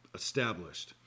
established